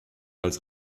als